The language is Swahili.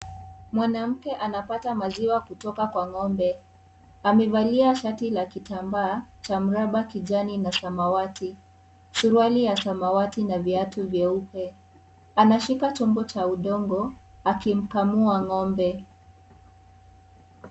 Mwanamke anapata maziwa kutoka kwa ng'ombe. Amevalia shati la kitambaa, cha mraba kijani na samawati, suruali ya samawati na viatu vyeupe. Anashika tumbo cha udongo, akimkamua ng'ombe.